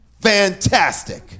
Fantastic